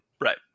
right